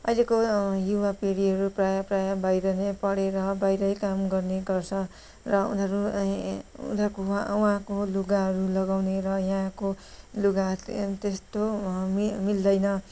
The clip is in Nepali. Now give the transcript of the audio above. अहिलेको युवा पिँढीहरू प्रायः प्रायः बाहिर नै पढेर बाहिरै काम गर्ने गर्छ र उनीहरू उनीहरूकोमा वहाँको लुगाहरू लगाउने र यहाँको लुगा त त्यस्तो मिल मिल्दैन